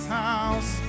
house